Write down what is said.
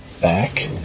back